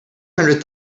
hundred